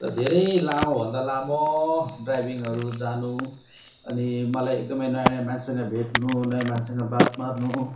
त धेरै भन्दा धेरै लामो भन्दा लामो ड्राइभिङहरू जानु अनि मलाई एकदमै नयाँ मान्छेसँग भेट्नु नयाँ मान्छेसँग बात मार्नु